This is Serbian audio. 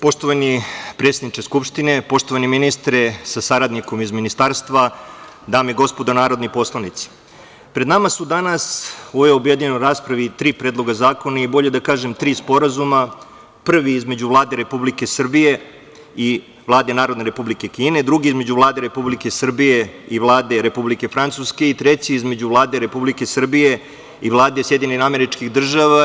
Poštovani predsedniče Skupštine, poštovani ministre sa saradnikom iz ministarstva, dame i gospodo narodni poslanici, pred nama su danas u ovoj objedinjenoj raspravi tri predloga zakona, bolje da kažem tri sporazuma, prvi između Vlade Republike Srbije i Vlade Narodne Republike Kine, drugi između Vlade Republike Srbije i Vlade Republike Francuske i treći između Vlade Republike Srbije i Vlade SAD.